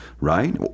right